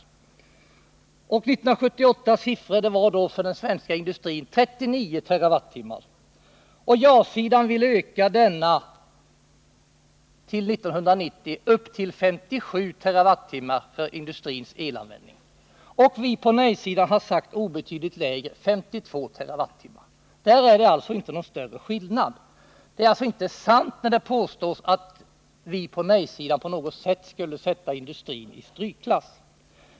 1978 var elanvändningen inom den svenska industrin 39 TWh. Ja-sidan vill öka industrins elanvändning fram till 1990 till 57 TWh. Vi på nej-sidan har nämnt en siffra som är obetydligt lägre, 52 TWh. Där är det alltså inte någon större skillnad. Det är därför inte sant när det påstås att vi på nej-sidan på något sätt skulle sätta industrin i strykklass.